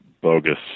bogus